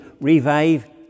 revive